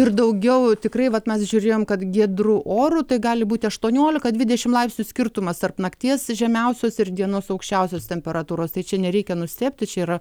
ir daugiau tikrai vat mes žiūrėjom kad giedru oru tai gali būti aštonuolika dvidešim laipsnių skirtumas tarp nakties žemiausios ir dienos aukščiausios temperatūros tai čia nereikia nustebti čia yra